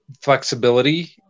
flexibility